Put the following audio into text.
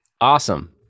Awesome